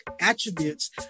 attributes